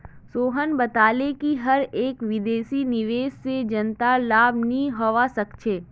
मोहन बताले कि हर एक विदेशी निवेश से जनतार लाभ नहीं होवा सक्छे